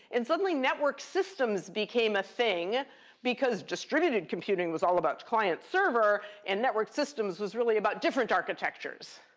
and suddenly, network systems became a thing because distributed computing was all about client server and networked systems was really about different architectures.